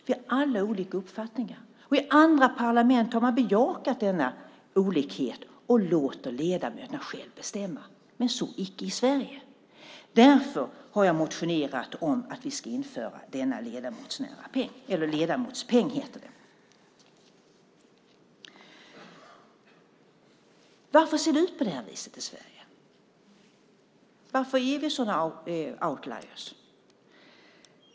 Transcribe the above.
Vi har alla olika uppfattningar. I andra parlament har man bejakat denna olikhet och låter ledamöterna själva bestämma, men så icke i Sverige. Därför har jag motionerat om att vi ska införa denna ledamotspeng. Varför ser det ut på det här viset i Sverige? Varför är vi sådana outliers ?